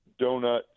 Donut